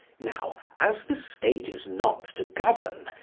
now as the state is not to govern,